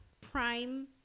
prime